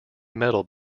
metal